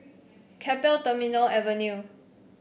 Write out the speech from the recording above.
Keppel Terminal Avenue